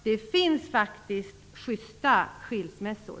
Det finns faktiskt justa skilsmässor.